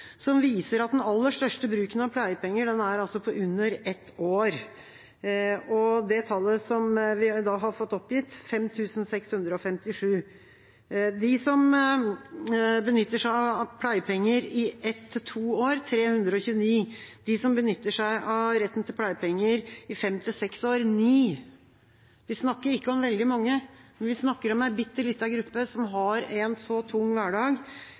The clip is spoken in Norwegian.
som viser at den aller største bruken av pleiepenger er på under ett år, og det tallet vi har fått oppgitt, er 5 657 stykker. De som benytter seg av pleiepenger i 1–2 år, er 329 stykker. De som benytter seg av retten til pleiepenger i 5–6 år, er 9 stykker. Vi snakker ikke om veldig mange, men vi snakker om en bitte liten gruppe som har en så tung hverdag